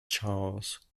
charles